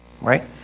Right